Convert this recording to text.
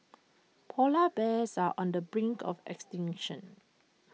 Polar Bears are on the brink of extinction